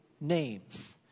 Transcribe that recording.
names